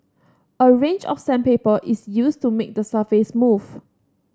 a range of sandpaper is used to make the surface smooth